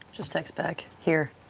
just text back, here.